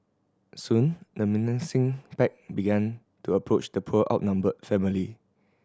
soon the menacing pack began to approach the poor outnumbered family